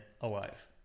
alive